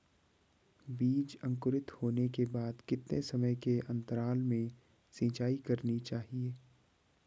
बीज अंकुरित होने के बाद कितने समय के अंतराल में सिंचाई करनी चाहिए?